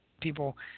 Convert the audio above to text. people